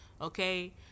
okay